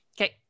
Okay